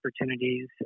opportunities